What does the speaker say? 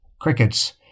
crickets